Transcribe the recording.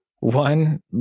One